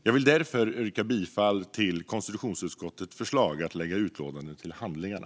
Jag vill därför yrka bifall till konstitutionsutskottets förslag att lägga utlåtandet till handlingarna.